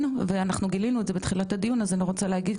ואנחנו גילינו את זה בתחילת הדיון אז אני רוצה להגיד,